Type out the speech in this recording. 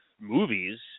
movies